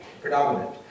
predominant